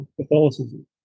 Catholicism